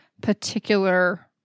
particular